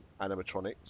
animatronics